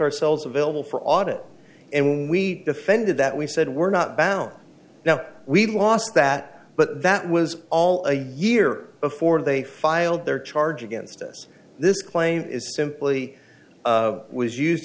ourselves available for audit and we defended that we said we're not bound now we've lost that but that was all a year before they filed their charge against us this claim is simply was used